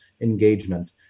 engagement